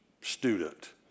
student